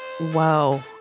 Whoa